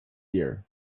year